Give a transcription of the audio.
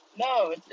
no